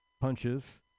Punches